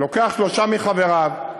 לוקח שלושה מחבריו,